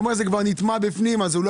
הוא אומר שהם כבר נטמעו במשרד החוץ ולכן הוא לא